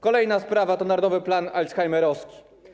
Kolejna sprawa to narodowy plan alzheimerowski.